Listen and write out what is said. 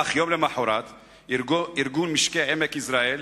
אך יום למחרת ארגון משקי עמק יזרעאל,